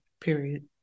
period